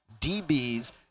dbs